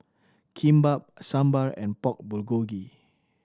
Kimbap Sambar and Pork Bulgogi